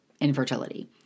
infertility